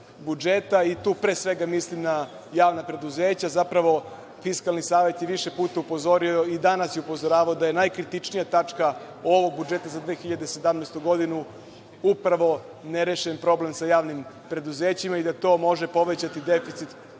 Tu pre svega mislim na javna preduzeća. Zapravo, Fiskalni savet je više puta upozorio i danas je upozoravao da je najkritičnija tačka ovog budžeta za 2017. godinu upravo nerešen problem sa javnim preduzećima i da to može povećati deficit